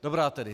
Dobrá tedy.